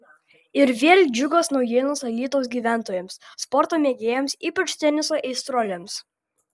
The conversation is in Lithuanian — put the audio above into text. ir vėl džiugios naujienos alytaus gyventojams sporto mėgėjams ypač teniso aistruoliams